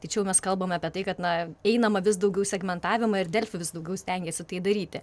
tačiau mes kalbame apie tai kad na einama vis daugiau į segmentavimą ir delfi vis daugiau stengiasi tai daryti